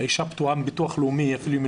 האישה פטורה מביטוח לאומי אפילו אם היא